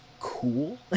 cool